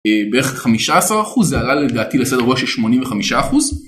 בערך 15% זה עלה לדעתי לסדר ראשי 85%